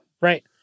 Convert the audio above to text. right